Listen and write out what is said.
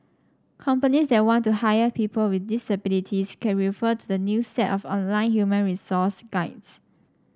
companies that want to hire people with disabilities can refer to the new set of online human resource guides